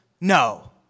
No